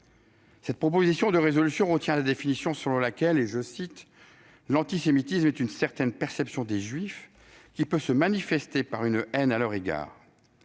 Cette proposition de résolution retient la définition suivante :« L'antisémitisme est une certaine perception des Juifs qui peut se manifester par une haine à leur égard.